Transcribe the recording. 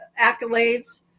accolades